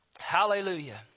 Hallelujah